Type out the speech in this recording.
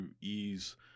ease